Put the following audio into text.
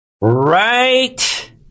Right